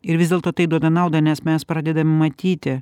ir vis dėlto tai duoda naudą nes mes pradedam matyti